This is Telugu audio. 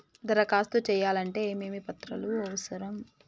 దరఖాస్తు చేయాలంటే ఏమేమి పత్రాలు అవసరం?